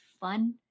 fun